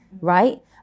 right